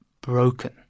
broken